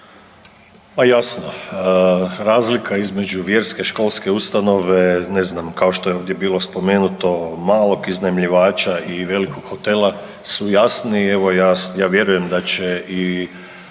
Pa jasno je, razlika između vjerske i školske ustanove ne znam kao što je ovdje bilo spomenuto malog iznajmljivača i velikog hotela su jasni i evo ja vjerujem da će i